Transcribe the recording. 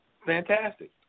Fantastic